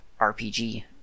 RPG